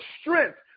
strength